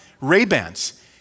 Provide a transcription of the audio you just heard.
Ray-Bans